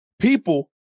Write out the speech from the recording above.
people